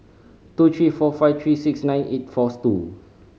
two three four five three six nine eight four two